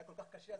היה כל כך קשה,